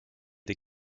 des